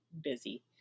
busy